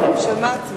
שמעתי.